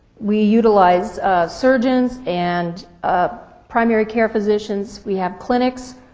we utilize surgeons and primary care physicians, we have clinics,